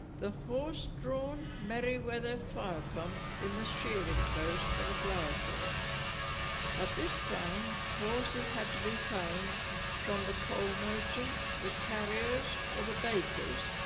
horse-drawn merryweather fire pump in the shearing close for the flower show at this time horses had to be found from the coal merchant, the carriers or the bakers.